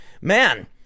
Man